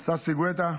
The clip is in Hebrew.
ששי גואטה,